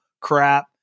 crap